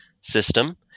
system